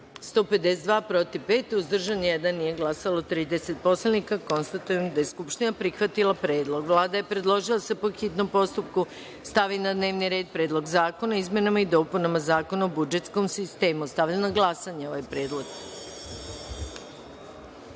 152, protiv – pet, uzdržan – jedan, nije glasalo 30 poslanika. Konstatujem da je Skupština prihvatila Predlog. Vlada je predložila da se po hitnom postupku stavi na dnevni red Predlog zakona o izmenama i dopunama Zakona o budžetskom sistemu. Stavljam na glasanje ovaj